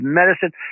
medicine